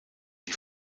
die